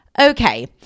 Okay